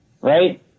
right